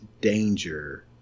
danger